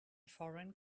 foreign